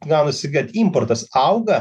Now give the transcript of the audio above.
gaunasi kad importas auga